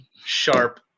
sharp